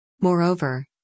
Moreover